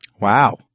Wow